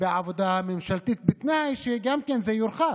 בעבודה ממשלתית, בתנאי, גם כן, שזה יורחב